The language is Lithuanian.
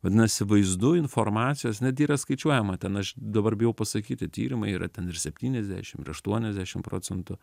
vadinasi vaizdu informacijos net yra skaičiuojama ten aš dabar bijau pasakyti tyrimai yra ten ir septyniasdešim ir aštuoniasdešim procentų